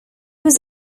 was